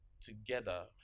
together